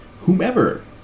whomever